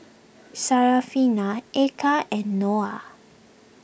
Syarafina Eka and Noah